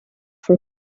for